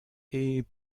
est